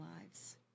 lives